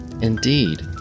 Indeed